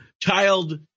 child